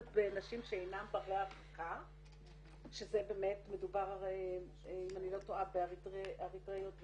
בנשים שאינן --- שבאמת מדובר הרי אם אני לא טועה באריאתראיות וסודן,